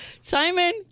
Simon